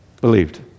believed